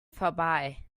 vorbei